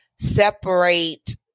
separate